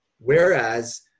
whereas